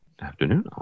Afternoon